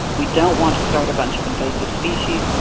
we don't want to start a bunch of invasive species,